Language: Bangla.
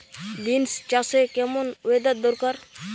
বিন্স চাষে কেমন ওয়েদার দরকার?